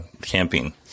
camping